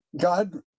God